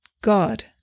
God